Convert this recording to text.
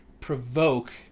provoke